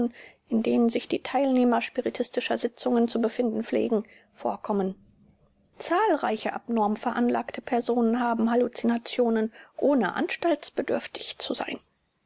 in denen sich die teilnehmer spiritistischer sitzungen zu befinden pflegen vorkommen zahlreiche abnorm veranlagte personen haben halluzinationen ohne anstaltsbedürftig zu sein